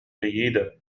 جيدا